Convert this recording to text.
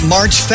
March